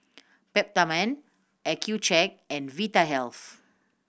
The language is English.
Peptamen Accucheck and Vitahealth